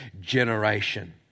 generation